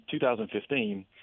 2015